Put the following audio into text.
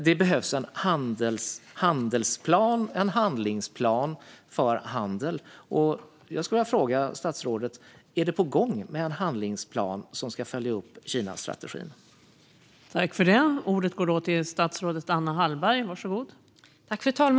Det behövs en handelsplan och en handlingsplan för handeln. Är en handlingsplan som ska följa upp Kinastrategin på gång?